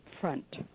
front